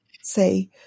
say